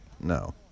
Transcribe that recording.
No